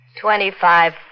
Twenty-five